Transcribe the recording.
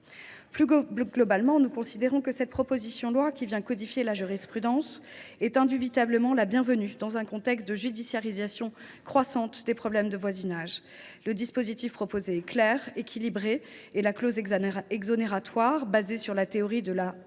Plus globalement, nous considérons que cette proposition de loi, qui codifie la jurisprudence, est indubitablement la bienvenue, dans un contexte de judiciarisation croissante des problèmes de voisinage. Le dispositif proposé est clair et équilibré et la clause exonératoire, fondée sur la théorie de la